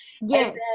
Yes